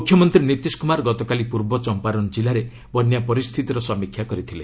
ମୁଖ୍ୟମନ୍ତ୍ରୀ ନୀତିଶ କୁମାର ଗତକାଲି ପୂର୍ବ ଚମ୍ପାରନ୍ ଜିଲ୍ଲାରେ ବନ୍ୟା ପରିସ୍ଥିତିର ସମୀକ୍ଷା କରିଥିଲେ